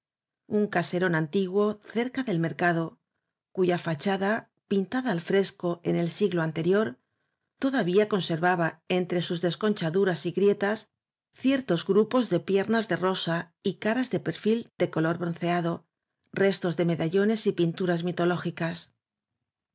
un case rón antiguo cerca del mercado cuya facha da pintada al fresco en el siglo anterior toda vía conservaba entre desconchaduras y grietas ciertos grupos de piernas de rosa y caras de v blasco ibañez perfil de color bronceado restos de medallones y pinturas mitológicas